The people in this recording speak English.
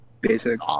basic